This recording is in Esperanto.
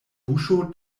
buŝo